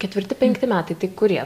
ketvirti penkti metai tai kurie